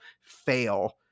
fail